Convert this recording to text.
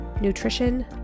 nutrition